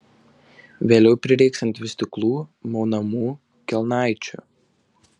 vėliau prireiks ant vystyklų maunamų kelnaičių